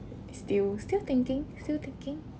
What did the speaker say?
still still thinking still thinking